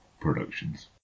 Productions